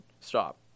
stop